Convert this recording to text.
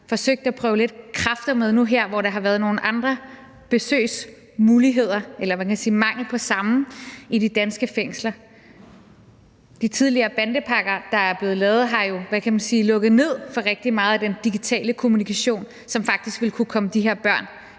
forsøgt at prøve lidt kræfter med nu her, hvor der har været nogle andre besøgsmuligheder, eller man kan sige mangel på samme, i de danske fængsler. De tidligere bandepakker, der blev lavet, har jo, hvad kan man sige, lukket ned for rigtig meget af den digitale kommunikation, som faktisk ville kunne komme de her børn